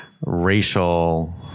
racial